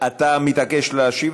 אתה מתעקש להשיב?